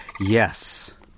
Yes